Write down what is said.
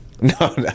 No